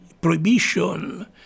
prohibition